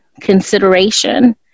consideration